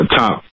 top